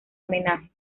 homenaje